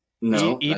No